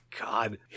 God